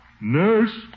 Nurse